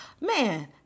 man